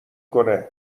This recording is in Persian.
کنه